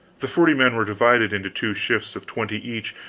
the forty men were divided into two shifts of twenty each,